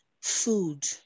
food